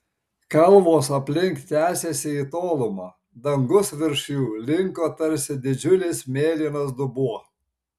kalvos aplink tęsėsi į tolumą dangus virš jų linko tarsi didžiulis mėlynas dubuo